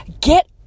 get